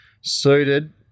suited